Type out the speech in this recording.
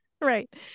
Right